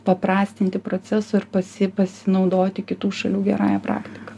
paprastinti proceso ir pasi pasinaudoti kitų šalių gerąja praktika